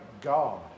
God